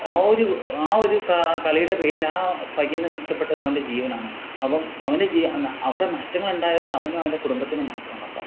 ആ ഒരു ആ ഒരു കളിയുടെ ക കളിയുടെ പേരിൽ ആ പയ്യന് നഷ്ടപ്പെട്ടത് അവൻ്റെ ജീവനാണ് അപ്പം അവന് അവിടെ നഷ്ടങ്ങളുണ്ടായത് അവനും അവൻ്റെ കുടുംബത്തിനും മാത്രാണ് അപ്പം